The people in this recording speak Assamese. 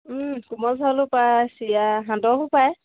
কোমল চাউলো পায় চিৰা সান্দহো পায়